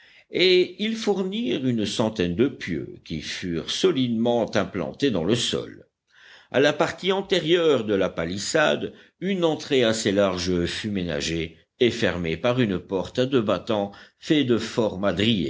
et ils fournirent une centaine de pieux qui furent solidement implantés dans le sol à la partie antérieure de la palissade une entrée assez large fut ménagée et fermée par une porte à deux battants faits de forts